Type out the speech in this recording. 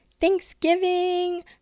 thanksgiving